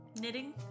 Knitting